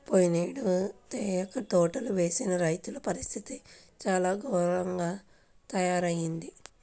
పోయినేడు తేయాకు తోటలు వేసిన రైతుల పరిస్థితి చాలా ఘోరంగా తయ్యారయింది